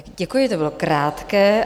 Děkuji, to bylo krátké.